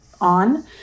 on